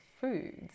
foods